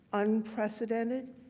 unprecedented.